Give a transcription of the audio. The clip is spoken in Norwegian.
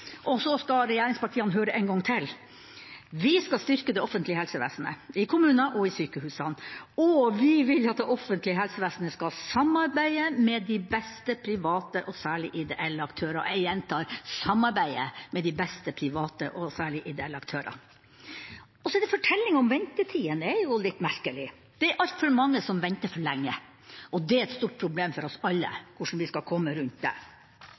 Og så skal regjeringspartiene høre én gang til: Vi skal styrke det offentlige helsevesenet, i kommunene og i sykehusene, og vi vil at det offentlige helsevesenet skal samarbeide med de beste private – og særlig ideelle – aktører. Jeg gjentar: samarbeide med de beste private – og særlig ideelle – aktører. Så er det fortellinga om ventetidene, og det er jo litt merkelig: Det er altfor mange som venter for lenge, og det er et stort problem for alle hvordan vi skal komme oss rundt det,